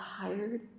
tired